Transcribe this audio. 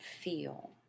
feel